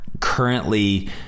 currently